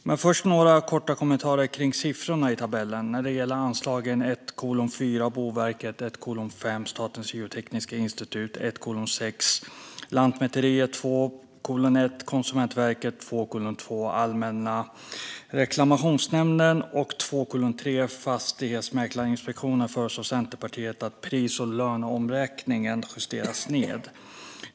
Men först några korta kommentarer kring siffrorna i tabellen. När det gäller anslagen 1:4 Boverket, 1:5 Statens geotekniska institut, 1:6 Lantmäteriet, 2:1 Konsumentverket, 2:2 Allmänna reklamationsnämnden och 2:3 Fastighetsmäklarinspektionen föreslår Centerpartiet att pris och löneomräkningen justeras ned.